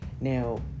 Now